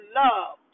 love